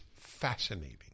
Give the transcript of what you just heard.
fascinating